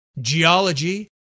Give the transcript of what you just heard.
geology